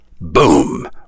Boom